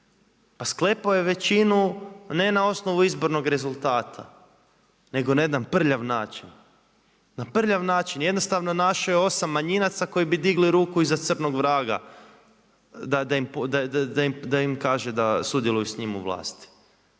Pa sklepao je većinu ne na osnovu izbornog rezultata nego na jedan prljav način, na prljav način. Jednostavno našao je osam manjinaca koji bi digli ruku i za crnog vraga da im kaže da sudjeluju s njim u vlasti.